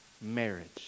Marriage